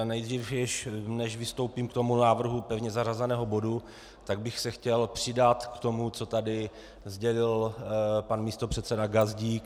Nejdřív, než vystoupím k návrhu pevně zařazeného bodu, tak bych se chtěl přidat k tomu, co tady sdělil pan místopředseda Gazdík.